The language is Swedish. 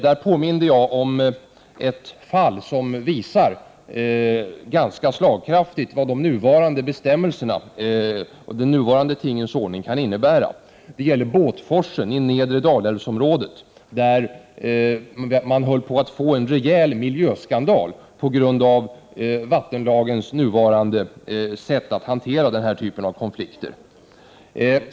Där påminde jag om ett fall, som på ett ganska slagkraftigt sätt visar vad de nuvarande bestämmelserna kan innebära. Det gäller Båtforsen i nedre Dalälvsområdet, där det höll på att bli en rejäl miljöskandal på grund av bestämmelserna i den nuvarande vattenlagen för hur man hanterar denna typ av konflikter.